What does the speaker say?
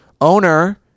owner